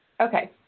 Okay